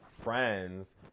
friends